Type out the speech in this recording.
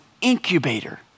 incubator